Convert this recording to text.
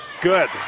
good